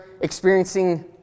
experiencing